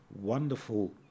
wonderful